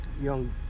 young